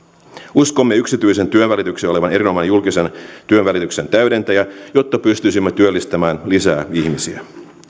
uskomme yksityisen työnvälityksen olevan erinomainen julkisen työnvälityksen täydentäjä jotta pystyisimme työllistämään lisää ihmisiä